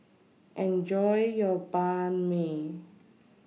Enjoy your Banh MI